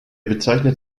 bezeichnet